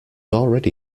already